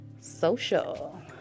Social